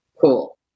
Cool